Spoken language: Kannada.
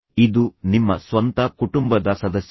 ಇದು ನಿಮ್ಮ ಸ್ವಂತ ಕುಟುಂಬದ ಸದಸ್ಯರು